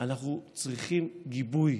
אנחנו צריכים גיבוי.